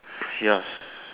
ya